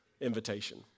invitation